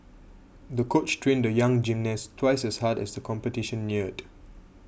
the coach trained the young gymnast twice as hard as the competition neared